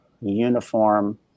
uniform